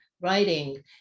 writing